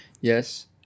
Yes